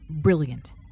brilliant